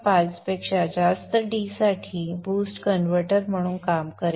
5 पेक्षा जास्त d साठी बूस्ट कन्व्हर्टर म्हणून काम करेल